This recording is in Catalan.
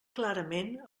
clarament